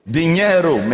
Dinheiro